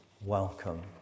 Welcome